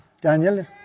Daniel